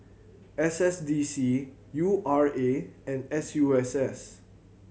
S S D C U R A and S U S S